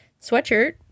sweatshirt